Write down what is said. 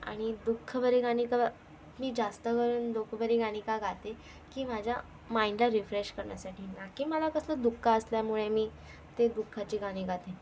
आणि दुःखभरी गाणी तर मी जास्त करून दुःखभरी गाणी का गाते की माझ्या माइंडला रिफ्रेश करण्यासाठी ना की मला कसलं दुःख असल्यामुळे मी ते दुःखाची गाणी गाते